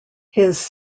his